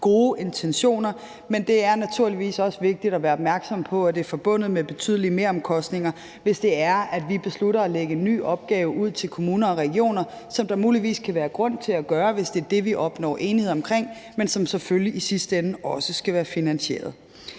gode intentioner, men det er naturligvis også vigtigt at være opmærksom på, at det er forbundet med betydelige meromkostninger, hvis det er, at vi beslutter at lægge en ny opgave ud til kommuner og regioner, hvilket der muligvis kan være grund til at gøre, hvis det er det, vi opnår enighed om, men som selvfølgelig i sidste ende også skal være finansieret.